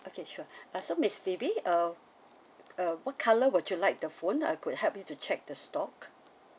okay sure uh so miss phoebe uh uh what colour would you like the phone I could help you to check the stock